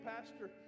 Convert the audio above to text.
Pastor